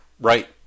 right